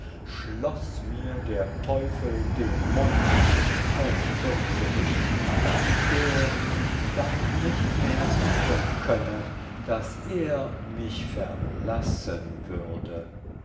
schloß mir der teufel den mund auch fürchtete ich daß er mich dann nicht mehr lieben könne daß er mich verlassen würde